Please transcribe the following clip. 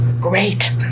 great